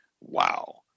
Wow